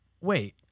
wait